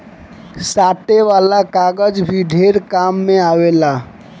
साटे वाला कागज भी ढेर काम मे आवेला